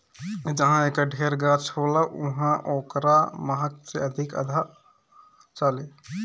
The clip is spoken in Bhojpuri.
जहाँ एकर ढेर गाछ होला उहाँ ओकरा महक से लोग अघा जालें